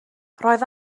roedd